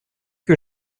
que